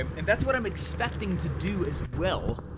um and that's what i'm expecting to do, as well,